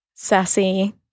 Sassy